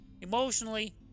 emotionally